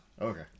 okay